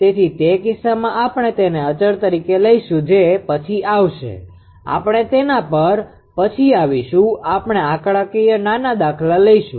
તેથી તે કિસ્સામાં આપણે તેને અચળ તરીકે લઈશું કે જે પછી આવશે આપણે તેના પર પછી આવીશું આપણે આંકડાકીય નાના દાખલા લઈશું